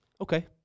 okay